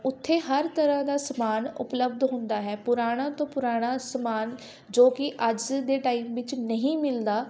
ਉੱਥੇ ਹਰ ਤਰ੍ਹਾਂ ਦਾ ਸਮਾਨ ਉਪਲਬਧ ਹੁੰਦਾ ਹੈ ਪੁਰਾਣਾ ਤੋਂ ਪੁਰਾਣਾ ਸਮਾਨ ਜੋ ਕਿ ਅੱਜ ਦੇ ਟਾਈਮ ਵਿੱਚ ਨਹੀਂ ਮਿਲਦਾ